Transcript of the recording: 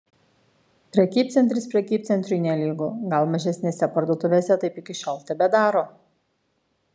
prekybcentris prekybcentriui nelygu gal mažesnėse parduotuvėse taip iki šiol tebedaro